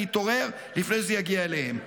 להתעורר לפני שזה יגיע אליהם.